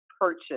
purchase